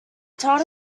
told